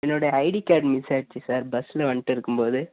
என்னுடய ID card miss ஆகிடிச்சி sir பஸ்ஸில் வந்துட்டு இருக்கும்போது